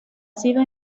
sido